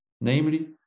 namely